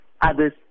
others